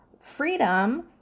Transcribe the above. freedom